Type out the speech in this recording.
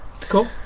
cool